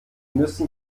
müssen